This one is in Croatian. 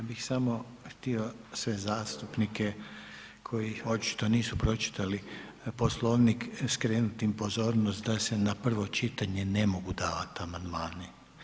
Ja bih samo htio sve zastupnike koji ih očito nisu pročitali Poslovnik skrenut im pozornost da se na prvo čitanje ne mogu davat amandmani.